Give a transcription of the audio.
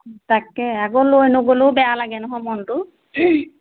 তাকে আকৌ লৈ নগ'লেও বেয়া লাগে নহয় মনটো